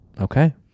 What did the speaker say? okay